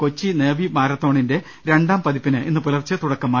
Kochi navy മാരത്തോണിന്റെ രണ്ടാം പതിപ്പിന് ഇന്ന് പുലർച്ചെ തുടക്കമായി